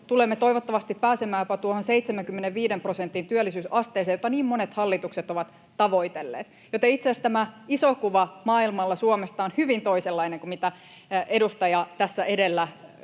Tulemme toivottavasti pääsemään jopa tuohon 75 prosentin työllisyysasteeseen, jota niin monet hallitukset ovat tavoitelleet. Joten itse asiassa tämä iso kuva maailmalla Suomesta on hyvin toisenlainen kuin mitä edustaja tässä edellä